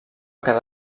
quedar